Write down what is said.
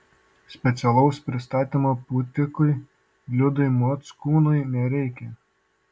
specialaus pristatymo pūtikui liudui mockūnui nereikia